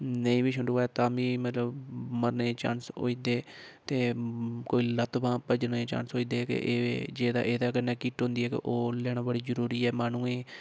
नेईं बी छंडोऐ तां बी मतलब मरने दे चांस होई दे ते कोई लत्त बांह् भज्जनें दे चांस होई दे जेह्दे कन्नै किट होंदी ओह् लैना बड़ी जरूरी ऐ माह्नुएं ई